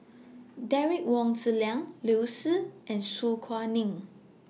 Derek Wong Zi Liang Liu Si and Su Guaning